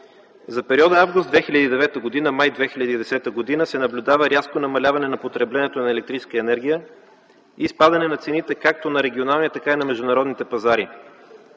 За периода август 2009 – май 2010 г. се наблюдава рязко намаляване на потреблението на електрическа енергия и спадане на цените както на регионалния, така и на международните пазари.